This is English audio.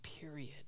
period